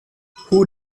who